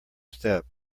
step